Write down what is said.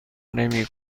نمی